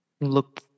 Look